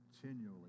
continually